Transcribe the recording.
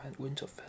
Winterfell